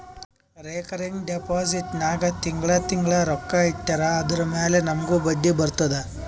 recurring deposit ನಾಗ್ ತಿಂಗಳಾ ತಿಂಗಳಾ ರೊಕ್ಕಾ ಇಟ್ಟರ್ ಅದುರ ಮ್ಯಾಲ ನಮೂಗ್ ಬಡ್ಡಿ ಬರ್ತುದ